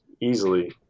easily